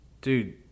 dude